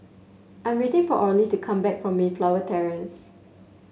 I'm waiting for Orley to come back from Mayflower Terrace